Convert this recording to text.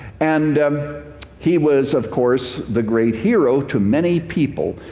and he was, of course, the great hero to many people.